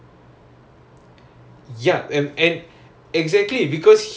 so he knows exactly what kind of ailments you guys will get lah